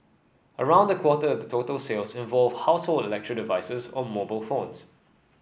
around a quarter the total sales involved household electric devices or mobile phones